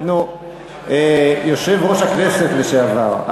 יושב-ראש הכנסת לשעבר,